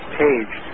page